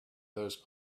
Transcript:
those